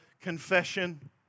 confession